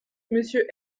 monsieur